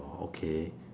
oh okay